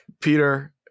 Peter